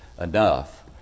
enough